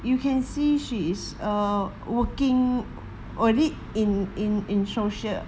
you can see she is uh working already in in in social